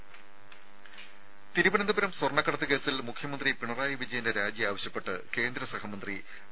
രെട തിരുവനന്തപുരം സ്വർണ്ണക്കടത്ത് കേസിൽ മുഖ്യമന്ത്രി പിണറായി വിജയന്റെ രാജി ആവശ്യപ്പെട്ട് കേന്ദ്രസഹമന്ത്രി വി